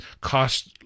cost